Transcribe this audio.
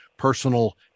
personal